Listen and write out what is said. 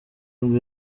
nibwo